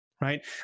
right